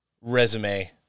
resume